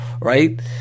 right